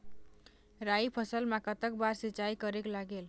राई फसल मा कतक बार सिचाई करेक लागेल?